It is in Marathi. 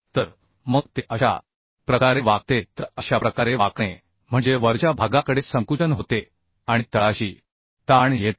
तर मग ते अशा प्रकारे वाकते तर अशा प्रकारे वाकणे म्हणजे वरच्या भागाकडे संकुचन होते आणि तळाशी ताण येतो